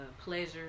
pleasure